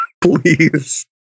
Please